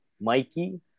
Mikey